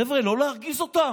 חבר'ה, לא להרגיז אותם.